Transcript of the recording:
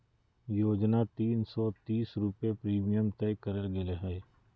योजना तीन सो तीस रुपये प्रीमियम तय करल गेले हइ